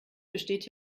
besteht